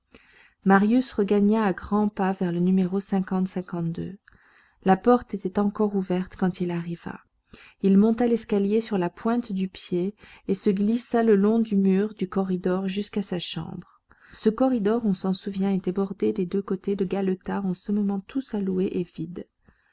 marius regagna à grands pas le numéro la porte était encore ouverte quand il arriva il monta l'escalier sur la pointe du pied et se glissa le long du mur du corridor jusqu'à sa chambre ce corridor on s'en souvient était bordé des deux côtés de galetas en ce moment tous à louer et vides